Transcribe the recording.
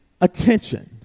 attention